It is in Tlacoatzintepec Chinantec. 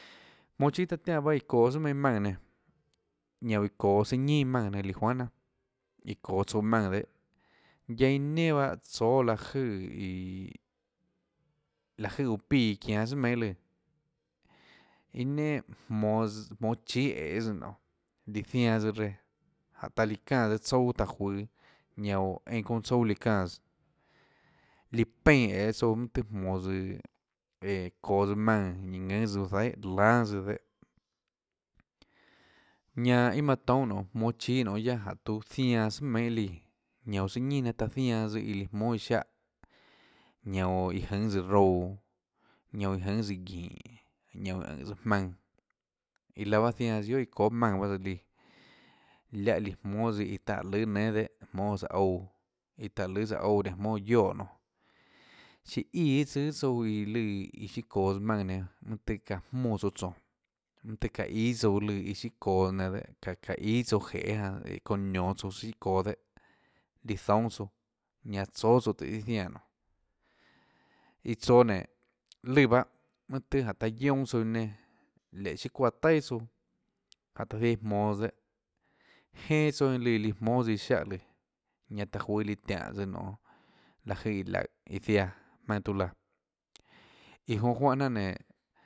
Monå chíâ taã tiánã bahâ iã çoå tsùà meinhâ maùnã nenã ñanã oå iã çoå tsùà ñinà jmaùnã nenã lùã juanhà jnanà iã çoå tsouã maùnã dehâ guiaâ iã nenà bahâ tsóâ láhå jønè ii láhå jøè uã píã iã çianå tsùà mienhâ lùã iã nenà monå tsøã sss monå chíâ ææês tsøã nionê líã zianã tsøã reã jáhå taã líã çáâs tsouâ taã juøå ñanã oå einã çounã tsouâ líã çánãs líã peínã ææê tsouã mønâ tøê jmoå tsøã eå çoå tsøã maùnã ñanã ðùnã tsøã çuuã zaihà lánâ tsøã dehâ ñanã iâ manã toúnâ nonê jmonå chíâ nonê guiaâ jáhå tuã zianãs tsùà meinhâ líã nanã oå sùà ñinà nanã taã zianã tsøã iã líã jmóâs iã ziáhã ñanã oå iã jùnâs rouã ñanã oå iã jùnâs guínhå ñanã oå ùnhå tsøã jmaønã iã laã pahâ zianãs tsøã guiohà iã çoâ maùnã bahâ tsøã líã liáhã líã jmóâ tsøã iã taã lùâ nénâ dehâ jmóâ sùhå ouã iã táhå lùâ sùhå ouã nénå jmóâ guioè nonê siã íã iâ tsùâ guiohà tsouã iã løã iã siâ çoås maùnã nenã mønâ tøhê çaã jmóã tsouã tsónå mønâ tøhê çaã íâ tsouã lùã iâ siâ çoås nenã dehâ çaã çaã íâ tsouã jeê i â çounã nionå tsouã søã siâ çoå dehâ líã zoúnâ tsouã ñanã tsóâ tsouã tóhå chiâ jiánã nonê iã tsoå nénå lùã bahâ mønâ jánhå taã guionâ tsouã iã nenã léhå chiâ çuáã taià tsouã jánhå taã ziaã iã jmonå tsøã dehâ jenâ tsouã líã líã jmónâ tsøã iã ziáhã lùã ñanã taã juøå líã tiáhå tsøã nonê láhå jøè iã laùhå iã ziaã jmaønâ tuâ laã iã jonã juánhã jnanà nénå.